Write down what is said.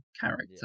character